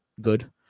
good